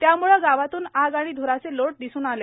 त्यामुळे गावातून आग आणि ध्राचे लोट दिसू लागले